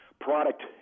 product